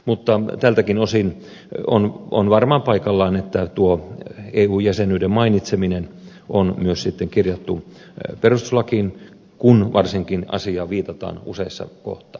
mutta tältäkin osin on varmaan paikallaan että tuo eu jäsenyyden mainitseminen on myös kirjattu perustuslakiin varsinkin kun asiaan viitataan useassa kohtaa